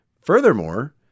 Furthermore